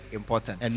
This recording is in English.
important